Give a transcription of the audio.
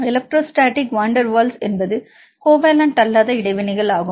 electrostatic van der Waals என்பது covalent அல்லாத இடைவினைகள் ஆகும்